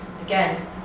again